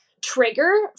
trigger